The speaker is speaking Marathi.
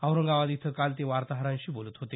औरंगाबाद इथं काल ते वार्ताहरांशी बोलत होते